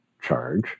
charge